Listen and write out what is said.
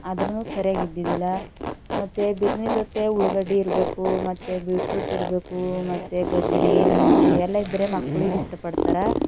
ಆದರೂ ಸರಿಯಾಗಿ ಇದ್ದಿದ್ದಿಲ್ಲ ಮತ್ತು ಬಿರ್ಯಾನಿ ಜೊತೆ ಉಳ್ಳಾಗಡ್ಡಿ ಇರಬೇಕು ಮತ್ತು ಬೀಟ್ರೂಟ್ ಇರಬೇಕು ಮತ್ತು ಗಜ್ರಿ ನಿಂಬೂ ಎಲ್ಲ ಇದ್ದರೆ ಮಕ್ಳಿಗೆ ಇಷ್ಟಪಡ್ತಾರೆ